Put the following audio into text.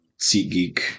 SeatGeek